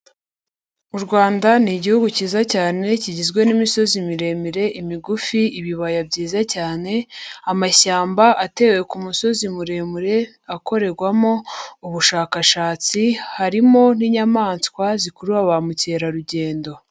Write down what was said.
U Rwanda ni igihugu cyiza cyane kigizwe n'imisozi miremire, imigufi, ibibaya byiza cyane, amashyamba atewe ku musozi muremure akorerwamo ubushakashatsi harimo n'inyamaswa zikurura ba mukerarugendo.